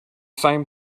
same